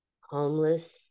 homeless